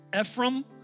Ephraim